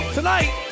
Tonight